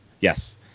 yes